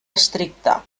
estricta